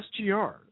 SGR